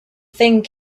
thing